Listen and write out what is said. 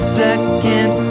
second